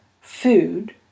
food